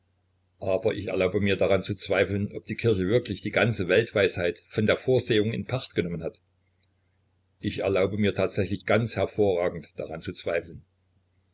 aber ich erlaube mir daran zu zweifeln ob die kirche wirklich die ganze weltweisheit von der vorsehung in pacht genommen hat ich erlaube mir tatsächlich ganz hervorragend daran zu zweifeln